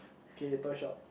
okay toy shop